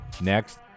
Next